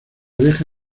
deja